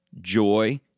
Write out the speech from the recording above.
joy